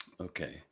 Okay